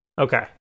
Okay